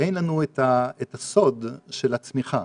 אין לנו את הסוד של הצמיחה.